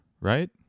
Right